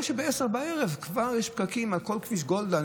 שב-22:00 כבר יש פקקים על כל כביש גולדה,